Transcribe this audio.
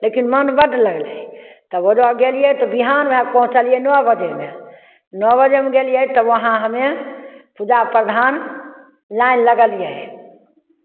लेकिन मोन बड्ड लगलै तऽ ओजऽ गेलियै तऽ बिहानमे पहुँचलियै नओ बजेमे नओ बजेमे गेलियै तऽ वहाँ हमे पूजा प्रधान लाइन लगलियै